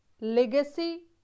legacy